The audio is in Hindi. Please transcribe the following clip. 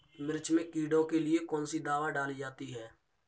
मिर्च में कीड़ों के लिए कौनसी दावा डाली जाती है?